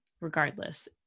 regardless